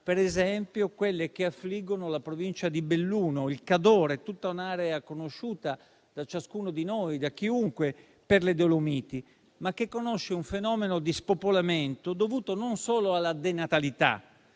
per esempio, quelle che affliggono la provincia di Belluno, il Cadore, un'area conosciuta da ciascuno di noi per le Dolomiti, ma che conosce un fenomeno di spopolamento dovuto non solo alla denatalità,